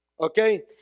Okay